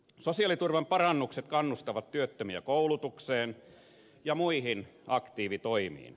sosiaaliturvan parannukset kannustavat työttömiä koulutukseen ja muihin aktiivitoimiin